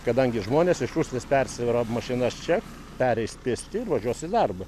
kadangi žmonės iš rusnės persivaro mašinas čia pereis pėsti ir važiuos į darbą